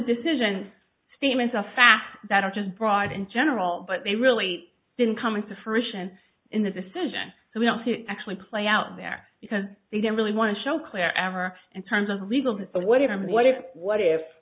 decision statements of fact that are just brought in general but they really didn't come into fruition in the decision so we don't actually play out there because they didn't really want to show claire ever in terms of legal to whatever what if what if